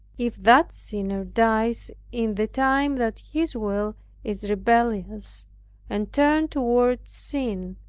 if that sinner dies in the time that his will is rebellious and turned toward sin,